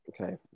Okay